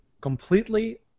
completely